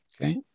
Okay